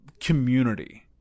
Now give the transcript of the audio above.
community